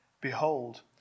Behold